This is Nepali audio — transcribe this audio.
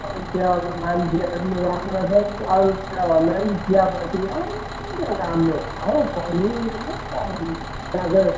अन्त त्यहाँ मान्छेहरू पनि राम्रा छन् अरू कुरा भन्दा पनि चियापत्ती राम्रो राम्रो छ हो कलिलो कलिलो